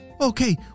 Okay